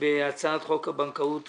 בהצעת חוק הבנקאות (רישוי)